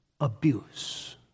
abuse